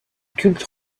cultes